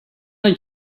want